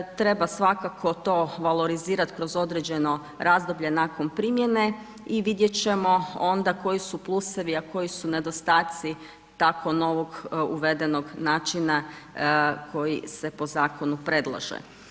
Treba svakako to valorizirati kroz određeno razdoblje nakon primjene i vidjeti ćemo onda koji su plusevi a koji su nedostaci tako novoga uvedenog načina, koji se po zakonu predlaže.